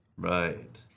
Right